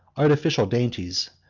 artificial dainties,